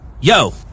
yo